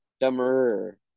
Dumber